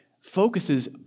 focuses